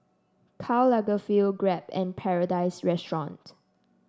Karl Lagerfeld Grab and Paradise Restaurant